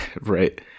right